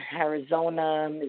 Arizona